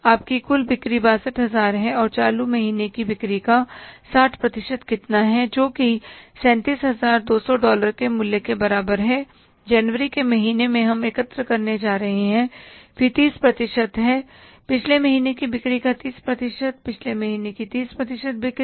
आपकी कुल बिक्री 62000 है और चालू महीने की बिक्री का 60 प्रतिशत कितना है जो कि 37200 डॉलर के मूल्य के बराबर है जनवरी के महीने में हम एकत्र करने जा रहे हैं फिर 30 प्रतिशत है पिछले महीने की बिक्री का 30 प्रतिशत पिछले महीने की 30 प्रतिशत बिक्री